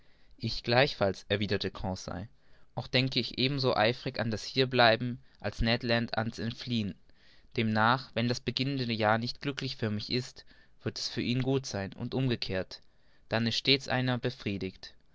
ich gleichfalls erwiderte conseil auch denke ich ebenso eifrig an das hierbleiben als ned land an's entfliehen demnach wenn das beginnende jahr nicht glücklich für mich ist wird es für ihn gut sein und umgekehrt dann ist stets einer befriedigt